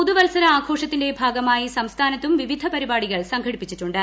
പുതുവൽസര ആഘോഷത്തിന്റെ ഭാഗമായി സംസ്ഥാനത്തും വിവിധ പരിപാടികൾ സംഘടിപ്പിച്ചിട്ടുണ്ട്